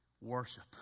Worship